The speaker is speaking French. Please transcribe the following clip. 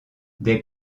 des